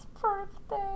birthday